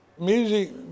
Music